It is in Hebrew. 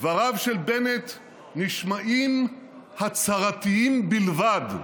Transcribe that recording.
דבריו של בנט נשמעים הצהרתיים בלבד,